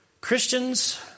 Christians